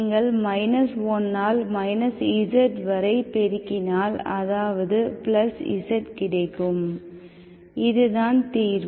நீங்கள் 1 ஆல் z வரை பெருகினால் அதாவது z கிடைக்கும் இதுதான் தீர்வு